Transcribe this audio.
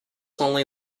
only